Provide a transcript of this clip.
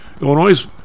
Illinois